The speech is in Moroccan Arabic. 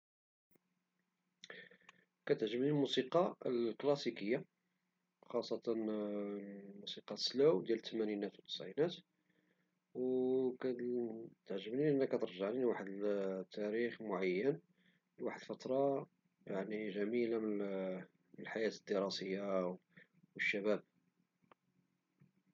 كتعجبني الموسيقى الكلاسيكية خاصة الموسيقى سيلو ديال التمانينات والتسعينات، كتعجبني لأن كترجعني لواحد لتاريخ معين - واحد الفترة جميلة من الحياة الدراسية والشباب.